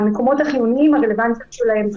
המקומות החיוניים הרלוונטיות שלהם זה